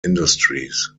industries